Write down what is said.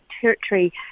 territory